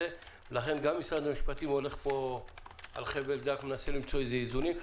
לכן גם משרד המשפטים הולך פה על חבל דק ומנסה למצוא איזונים,